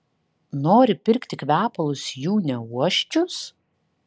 nori pirkti kvepalus jų neuosčius